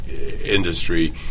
industry